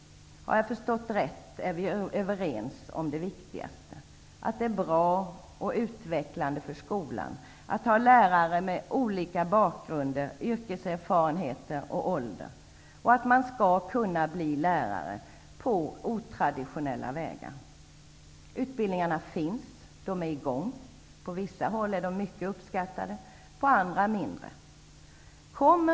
Såvitt jag förstår är vi överens om det viktigaste, nämligen att det är bra och utvecklande för skolan att ha lärare med olika bakgrund och yrkeserfarenheter och i olika åldrar. Vidare är det bra att man skall kunna bli lärare på otraditionella vägar. Utbildningarna finns. De är alltså i gång. På vissa håll är de mycket uppskattade, på andra mindre uppskattade.